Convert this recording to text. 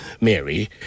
Mary